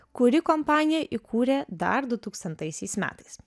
kuri kompaniją įkūrė dar du tūkstantaisiais metais